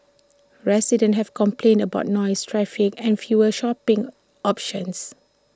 residents have complained about noise traffic and fewer shopping options